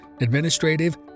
administrative